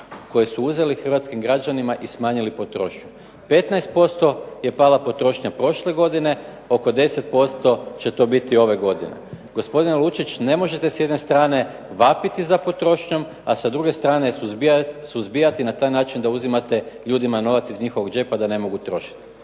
koji su uzeli hrvatskim građanima i smanjili potrošnju. 15% je pala potrošnja prošle godine, oko 10% će to biti ove godine. Gospodine Lucić, ne možete s jedne strane vapiti za potrošnjom a sa druge suzbijati na taj način da ljudima uzimate novac iz njihovog džepa da ne mogu trošiti.